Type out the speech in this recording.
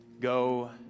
Go